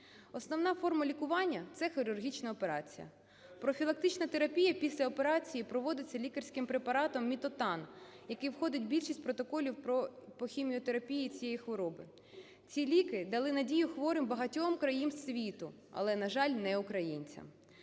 Основна форма лікування – це хірургічна операція. Профілактична терапія після операції проводиться лікарським препаратом митотан, який входить в більшість протоколів по хіміотерапії цієї хвороби. Ці ліки дали надію хворим багатьох країн світу, але, на жаль, не українцям,